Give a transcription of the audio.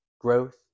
growth